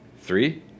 three